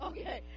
Okay